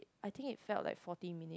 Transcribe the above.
I think it felt like forty minute